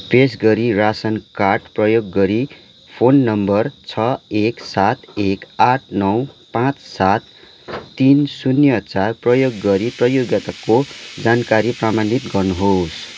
पेस गरिएका ration card प्रयोग गरी फोन नम्बर छ एक सात एक आठ नौ पाँच सात तिन शून्य चार प्रयोग गरी प्रयोगकर्ताको जानकारी प्रमाणित गर्नुहोस्